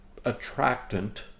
attractant